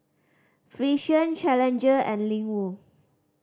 Frixion Challenger and Ling Wu